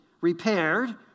repaired